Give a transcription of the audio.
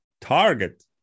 target